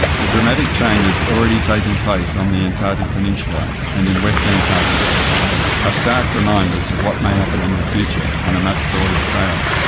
the dramatic changes already taking place on the antarctic peninsula and in west antarctica are ah stark reminders of what may happen in the future on a much broader scale.